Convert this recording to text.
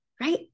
right